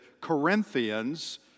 Corinthians